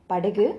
படகு:padagu<